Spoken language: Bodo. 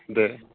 दे